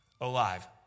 alive